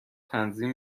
تنظیم